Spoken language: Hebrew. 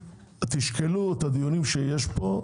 תשקלו את הדיונים שיש פה,